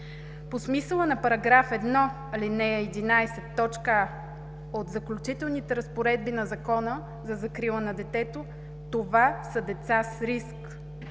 По смисъла на § 1, ал. 11, т. „а“ от Заключителните разпоредби на Закона за закрила на детето това са деца с риск